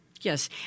Yes